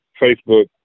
Facebook